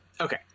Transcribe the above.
okay